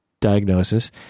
diagnosis